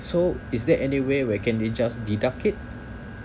so is there anyway where can we just deduct it